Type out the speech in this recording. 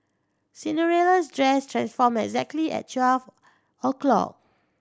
Cinderella's dress transformed exactly at o'clock